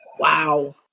Wow